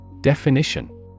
Definition